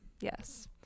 Yes